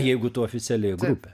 jeigu tu oficiali grupė